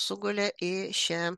sugulė į šią